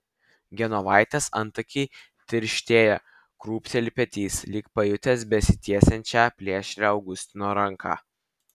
genovaitės antakiai tirštėja krūpteli petys lyg pajutęs besitiesiančią plėšrią augustino ranką